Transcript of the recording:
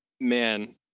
man